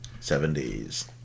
70s